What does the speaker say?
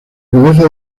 cabeza